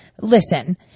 listen